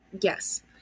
Yes